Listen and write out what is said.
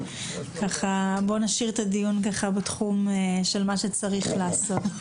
בואו נשאיר את הדיון בתחום של מה שצריך לעשות.